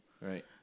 Right